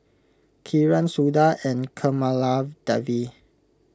Kiran Suda and Kamaladevi